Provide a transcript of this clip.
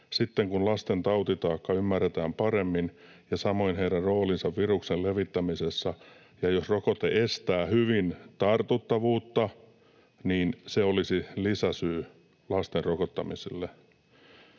”Sitten kun lasten tautitaakka ymmärretään paremmin ja samoin heidän roolinsa viruksen levittämisessä, ja jos rokote estää hyvin tartuttavuutta, se olisi lisäsyy lasten rokottamiselle.”